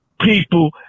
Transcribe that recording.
people